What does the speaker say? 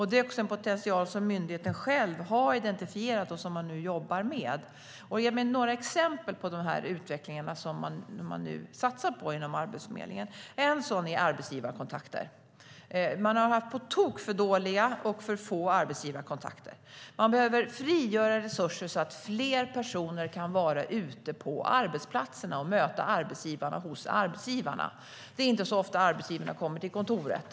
Det är också en potential som myndigheten själv har identifierat och som de nu jobbar med. Ett exempel på det utvecklingsarbete som Arbetsförmedlingen nu satsar på är arbetsgivarkontakter. Man har haft på tok för dåliga och för få arbetsgivarkontakter. Man behöver frigöra resurser så att fler personer kan vara ute på arbetsplatserna och möta arbetsgivarna hos arbetsgivarna. Det är inte ofta som de kommer till kontoret.